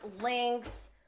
links